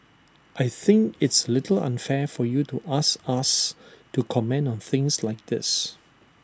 I think it's A little unfair for you to ask us to comment on things like this